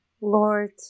Lord